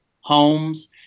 homes